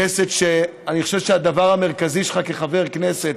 ואני חושב שהדבר המרכזי שלך כחבר כנסת,